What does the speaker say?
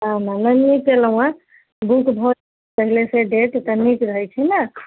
अहा नहि नीक केलहुँ अइ जहिसँ पहिलेसँ डेट तऽ नीक रहै छै ने